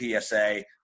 PSA